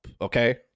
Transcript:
Okay